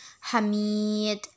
hamid